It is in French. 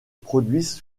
produisent